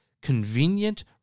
convenient